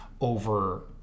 over